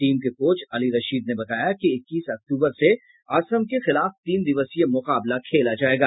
team के coach Ali Rashid ने बताया कि इक्कीस अक्टूबर से असम के खिलाफ तीन दिवसीय मुकाबला खेला जायेगा